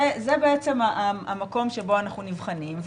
זה בעצם המקום שבו אנחנו נבחנים.